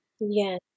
Yes